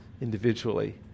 individually